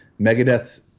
Megadeth